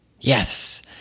Yes